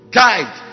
guide